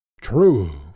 True